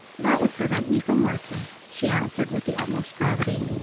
that would prevent me from working, she answered, with the utmost gravity.